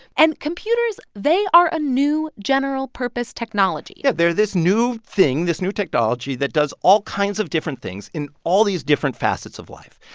and computers, they are a new general purpose technology yeah, they're this new thing, this new technology that does all kinds of different things in all these different facets of life.